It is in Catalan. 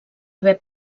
haver